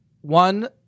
one